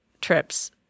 trips